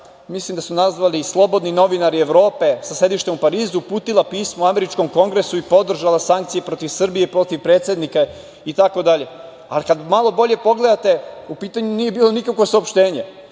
mislim da su nazvani „Slobodni novinari Evrope, sa sedištem u Parizu, uputila pismo američkom Kongresu i podržala sankcije protiv Srbije, protiv predsednika, itd. Kad malo bolje pogledate u pitanju nije bilo nikakvo saopštenje.